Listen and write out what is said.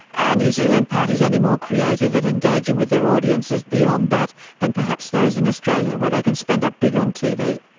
ah new zealand parties any more creative at engaging with their audiences beyond that than perhaps those in australia where they can spend up big on tv?